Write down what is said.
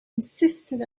insisted